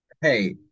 Hey